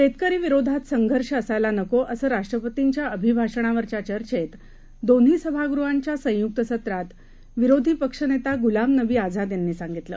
शेतकरीविरोधातसंघर्षअसायलानको असंराष्ट्रपतींच्याअभिभाषणावरच्याचर्चेतदोन्हीसभागृहांच्यासंयुक्तसत्रातविरोधीपक्षनेतागुलामनबीआझादयांनीसांगितलं